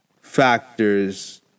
factors